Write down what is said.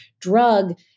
drug